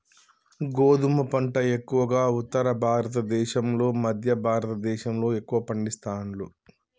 గోధుమ పంట ఎక్కువగా ఉత్తర భారత దేశం లో మధ్య భారత దేశం లో ఎక్కువ పండిస్తాండ్లు